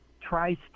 tries